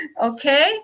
Okay